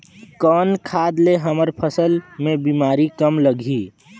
कौन खाद ले हमर फसल मे बीमारी कम लगही?